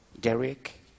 Derek